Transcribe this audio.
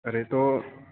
अरे तो